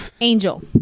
Angel